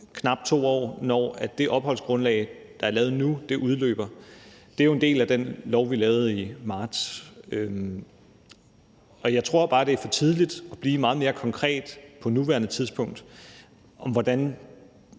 knap 2 år, når det opholdsgrundlag, der er lavet nu, udløber. Det er jo en del af den lov, vi lavede i marts, og jeg tror bare, det er for tidligt for os at foregribe nu, hvornår